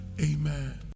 amen